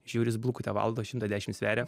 žiūriu jis bulkutę valgo šimtą dešimt sveria